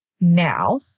Now